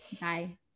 Bye